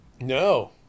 No